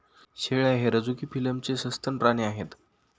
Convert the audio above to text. शेळ्या हे रझुकी फिलमचे सस्तन प्राणी आहेत